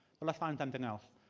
let's find something else.